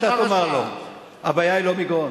אתה תאמר לו: הבעיה היא לא מגרון.